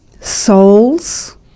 souls